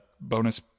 bonus